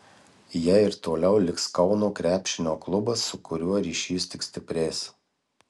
ja ir toliau liks kauno krepšinio klubas su kuriuo ryšys tik stiprės